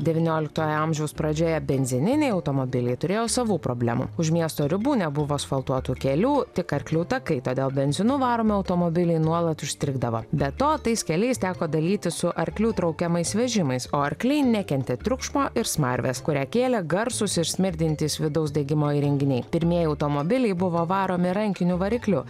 devynioliktojo amžiaus pradžioje benzininiai automobiliai turėjo savų problemų už miesto ribų nebuvo asfaltuotų kelių tik arklių takai todėl benzinu varomi automobiliai nuolat užstrigdavo be to tais keliais teko dalytis su arklių traukiamais vežimais o arkliai nekentė triukšmo ir smarvės kurią kėlė garsūs ir smirdintys vidaus degimo įrenginiai pirmieji automobiliai buvo varomi rankiniu varikliu